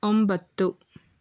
ಒಂಬತ್ತು